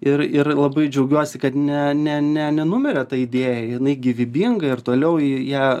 ir ir labai džiaugiuosi kad ne ne ne nenumirė ta idėja jinai gyvybinga ir toliau į ją